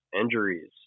injuries